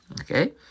Okay